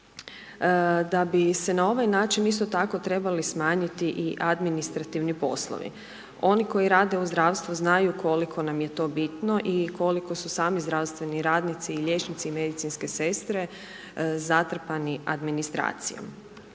da bi se na ovaj način isto tako, trebali smanjiti i administrativni poslovi. Oni koji rade u zdravstvu, znaju koliko nam je to bitno i koliko su sami zdravstveni radnici i liječnici i medicinske sestre zatrpani administracijom.